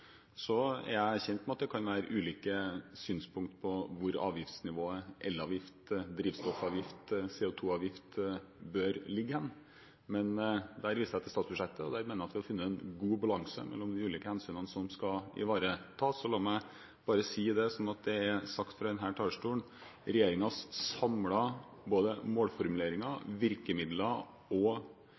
Så er jeg kjent med at det kan være ulike synspunkter på hvor nivået på elavgift, drivstoffavgift og CO2-avgift bør ligge, men der viser jeg til statsbudsjettet, og der mener jeg at vi har funnet en god balanse mellom de ulike hensynene som skal ivaretas. Og la meg bare si, sånn at det er sagt fra denne talerstolen: Regjeringens samlede målformuleringer og virkemidler, og